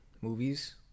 movies